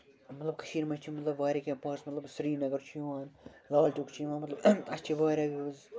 مطلب کٔشیٖرِ منٛز چھِ مطلب واریاہ کیٚنہہ پارٹٕس مطلب سری نَگر چھُ یِوان لاچوک چھِ یِوان مطلب اَسہِ چھِ واریاہ وِوٕز